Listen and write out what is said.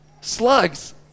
slugs